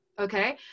Okay